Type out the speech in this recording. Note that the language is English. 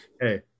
hey